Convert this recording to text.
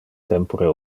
tempore